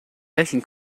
welchen